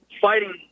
fighting